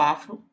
Afro